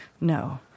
no